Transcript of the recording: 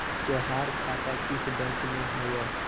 तोहार खाता किस बैंक में हवअ